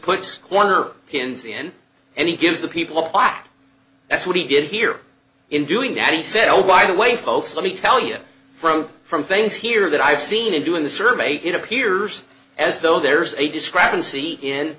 puts one or pins in and he gives the people are that's what he did here in doing that he said oh by the way folks let me tell you from from things here that i've seen him doing the survey it appears as though there's a discrepancy